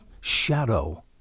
shadow